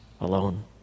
alone